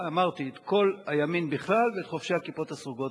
אמרתי: את כל הימין בכלל ואת חובשי הכיפות הסרוגות בפרט,